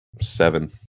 seven